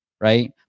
right